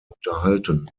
unterhalten